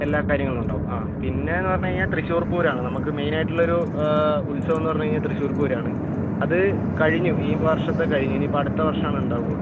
എല്ലാ കാര്യങ്ങളും ഉണ്ടാവും ആ പിന്നേയെന്ന് പറഞ്ഞ് കഴിഞ്ഞാൽ തൃശ്ശൂർ പൂരമാണ് നമുക്ക് മെയിനായിട്ടുള്ളൊരു ഉത്സവമെന്ന് പറഞ്ഞ് കഴിഞ്ഞാൽ തൃശ്ശൂർ പൂരമാണ് അത് കഴിഞ്ഞു ഈ വർഷത്തെ കഴിഞ്ഞ് ഇനി ഇപ്പം അടുത്ത വർഷമാണ് ഉണ്ടാവുകയുള്ളൂ